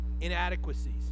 Inadequacies